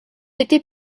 était